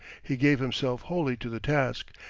he gave himself wholly to the task,